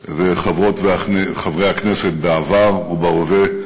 וחברות וחברי הכנסת בעבר ובהווה,